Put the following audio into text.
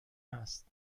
است